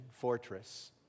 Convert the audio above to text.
fortress